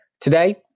Today